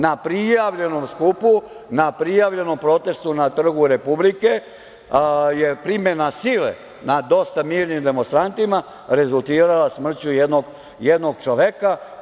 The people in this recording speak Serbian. Na prijavljenom skupu, na prijavljenom protestu na Trgu Republike je primena sile nad dosta mirnim demonstrantima rezultirala smrću jednog čoveka.